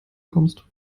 kommst